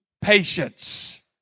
patience